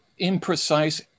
imprecise